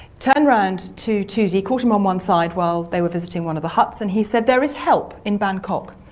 turned round to toosey, caught him on one side while they were visiting one of the huts, and he said, there is help in bangkok.